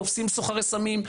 תופסים סוחרי סמים,